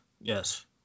yes